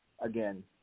again